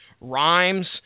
rhymes